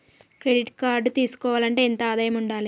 Credit card తీసుకోవాలంటే ఎంత ఆదాయం ఉండాలే?